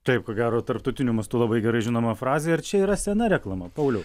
taip ko gero tarptautiniu mastu labai gerai žinoma frazė ir čia yra sena reklama pauliau